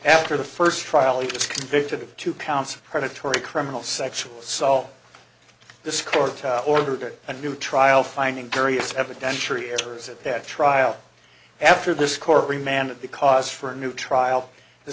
after the first trial he was convicted of two counts of predatory criminal sexual assault this court ordered a new trial finding various evidentiary errors at that trial after this court remanded because for a new trial the